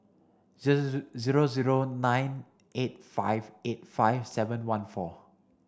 zero zero nine eight five eight five seven one four